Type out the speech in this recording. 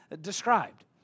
described